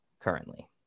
currently